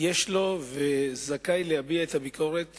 יש לו זכות להביע את הביקורת